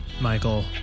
Michael